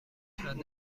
چند